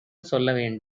சொல்ல